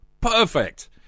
Perfect